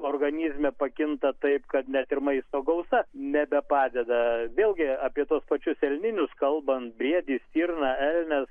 organizme pakinta taip kad net ir maisto gausa nebepadeda vėlgi apie tuos pačius elninius kalbant briedis stirna elnias